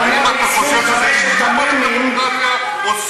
האם אתה חושב, דמוקרטיה או,